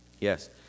Yes